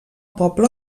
poble